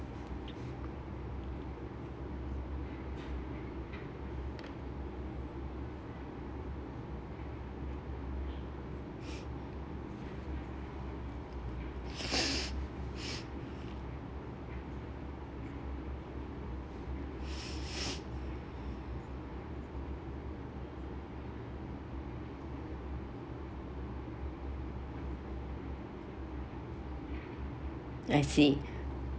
I see